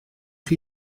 chi